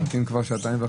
אני ממתין כבר שעתיים וחצי.